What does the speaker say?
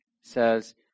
says